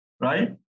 right